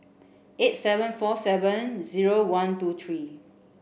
eight seven four seven zero one two three